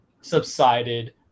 subsided